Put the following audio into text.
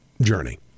Journey